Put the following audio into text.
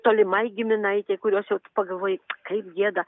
tolimai giminaitei kurios jau pagalvoji kaip gėda